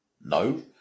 No